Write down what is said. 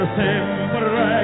sempre